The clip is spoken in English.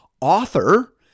author